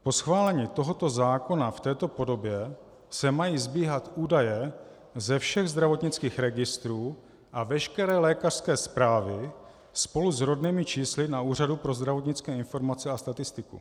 Po schválení tohoto zákona v této podobě se mají sbíhat údaje ze všech zdravotnických registrů a veškeré lékařské zprávy spolu s rodnými čísly na Úřadu pro zdravotnické informace a statistiku.